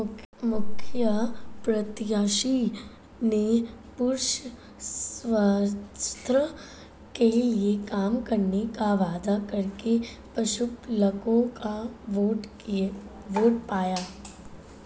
मुखिया प्रत्याशी ने पशु स्वास्थ्य के लिए काम करने का वादा करके पशुपलकों का वोट पाया